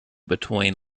between